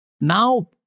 Now